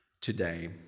today